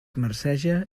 marceja